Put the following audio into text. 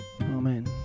Amen